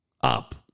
up